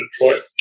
Detroit